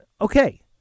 okay